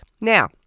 Now